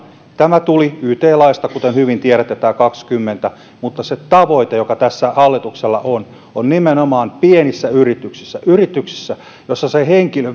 tämä kaksikymmentä tuli yt laista kuten hyvin tiedätte mutta se tavoite joka tässä hallituksella on on nimenomaan pienissä yrityksissä yrityksissä joissa se